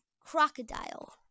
Crocodile